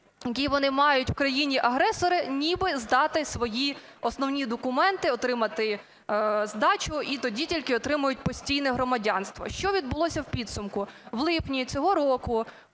який вони мають в країні-агресора ніби здати свої основні документи, отримати здачу, і тоді тільки отримають постійне громадянство. Що відбулося в підсумку. В липні цього року